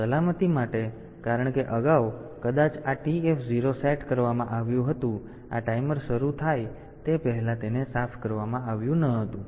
તેથી સલામતી માટે કારણ કે અગાઉ કદાચ આ TF0 સેટ કરવામાં આવ્યું હતું અને આ ટાઈમર શરૂ થાય તે પહેલાં તેને સાફ કરવામાં આવ્યું ન હતું